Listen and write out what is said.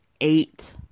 eight